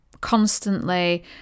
constantly